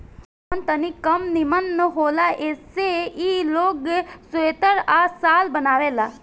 जवन तनी कम निमन होला ऐसे ई लोग स्वेटर आ शाल बनावेला